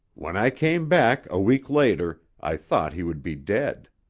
when i came back a week later, i thought he would be dead.